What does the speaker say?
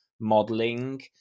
Modeling